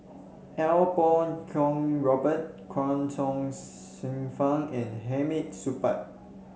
Iau Kuo Kwong Robert Chuang Hsueh Fang and Hamid Supaat